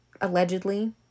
allegedly